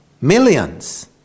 Millions